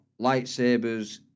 lightsabers